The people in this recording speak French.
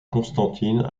constantine